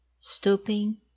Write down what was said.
stooping